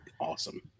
awesome